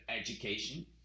education